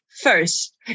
first